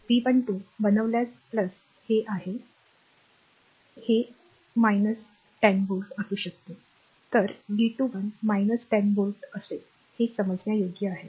V12 बनवल्यास हे असे आहे हे 10 voltव्होल्ट असू शकते तर V21 10 voltव्होल्ट असेल हे समजण्यायोग्य आहे